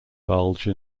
bulge